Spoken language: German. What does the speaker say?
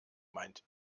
meint